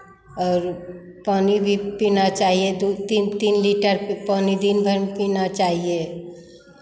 और पानी भी पीना चाहिए दो तीन तीन लीटर पानी दिनभर में पीना चाहिए